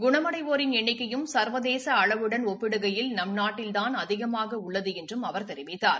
குணமடைவோரின் எண்ணிக்கையும் சிவதேச அளவுடன் ஒப்பிடுகையில் நம் நாட்டில்தான் அதிகமாக உள்ளது என்றும் அவர் தெரிவித்தார்